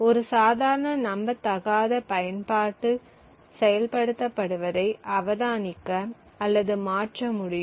ஒரு சாதாரண நம்பத்தகாத பயன்பாடு செயல்படுத்தப்படுவதை அவதானிக்க அல்லது மாற்ற முடியும்